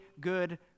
good